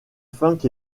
funk